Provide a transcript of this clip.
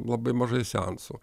labai mažai seansų